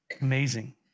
Amazing